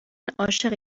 عاشق